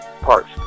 parts